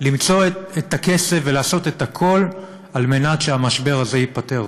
למצוא את הכסף ולעשות את הכול על מנת שהמשבר הזה ייפתר.